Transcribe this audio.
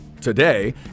today